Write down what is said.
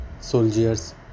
soldiers